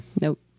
Nope